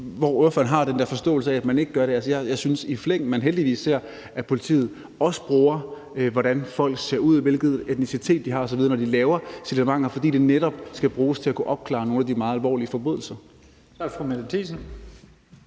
fået den der forståelse af, at man ikke gør det. Altså, jeg synes, at man i flæng heldigvis ser, at politiet også bruger, hvordan folk ser ud, hvilken etnicitet de har osv., når de laver signalementer, fordi de netop skal bruges til at kunne opklare nogle af de meget alvorlige forbrydelser. Kl. 16:00 Første